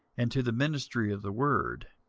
and to the ministry of the word.